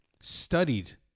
studied